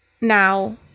now